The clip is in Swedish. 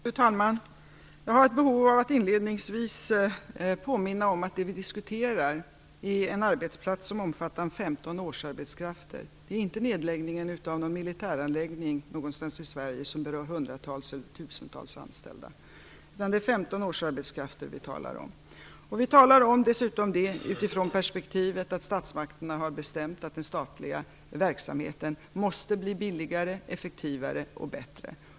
Fru talman! Jag har ett behov av att inledningsvis påminna om att det som vi diskuterar är en arbetsplats som omfattar 15 årsarbetskrafter. Det är inte fråga om nedläggning av någon militäranläggning någonstans i Sverige som berör hundratals eller tusentals anställda. Vi talar dessutom om det utifrån perspektivet att statsmakterna har bestämt att den statliga verksamheten måste bli billigare, effektivare och bättre.